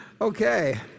Okay